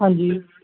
ਹਾਂਜੀ